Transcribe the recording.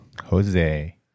Jose